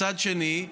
מצד שני,